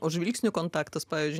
o žvilgsnių kontaktas pavyzdžiui